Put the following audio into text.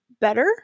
better